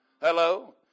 Hello